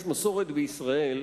יש מסורת בישראל,